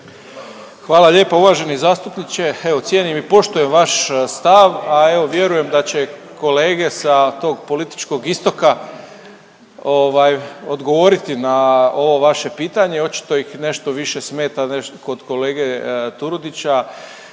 Hvala lijepa uvaženi zastupniče. Evo cijenim i poštujem vaš stav, a evo vjerujem da će kolege sa tog političkog istoka odgovoriti na ovo vaše pitanje, očito ih nešto više smeta kod kolege Turudića